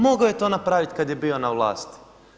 Mogao je to napraviti kada je bio na vlasti.